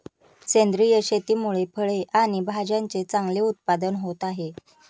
सेंद्रिय शेतीमुळे फळे आणि भाज्यांचे चांगले उत्पादन होत आहे